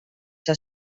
que